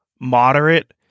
moderate